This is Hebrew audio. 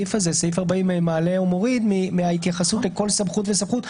השאלה מה סעיף 40 מעלה או מוריד מן ההתייחסות לכל סמכות וסמכות,